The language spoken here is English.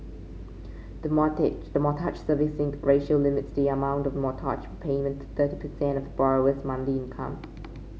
the the Mortgage Servicing Ratio limits the amount for mortgage repayment thirty percent of the borrower's monthly income